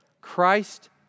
Christ